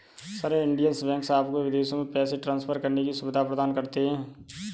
sir, Indian banks आपको विदेशों में पैसे ट्रान्सफर करने की सुविधा प्रदान करते हैं